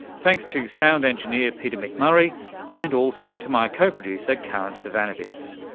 thanks to sound engineer peter mcmurray and also to my co-producer karin zsivanovits.